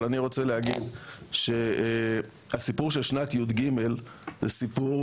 אבל אני רוצה להגיד שהסיפור של שנת י"ג זה סיפור